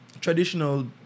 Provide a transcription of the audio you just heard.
traditional